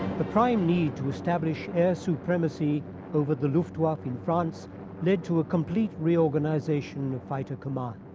the prime need to establish air supremacy over the luftwaffe in france led to a complete reorganization of fighter command.